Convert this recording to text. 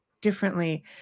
differently